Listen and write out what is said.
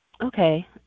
okay